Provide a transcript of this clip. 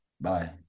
bye